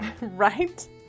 right